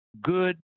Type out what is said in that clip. good